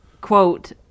quote